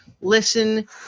listen